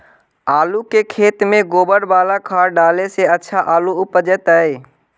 आलु के खेत में गोबर बाला खाद डाले से अच्छा आलु उपजतै?